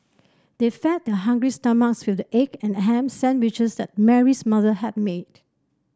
they fed their hungry stomachs with the egg and ham sandwiches that Mary's mother had made